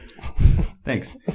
Thanks